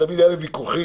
ותמיד היו להם ויכוחים.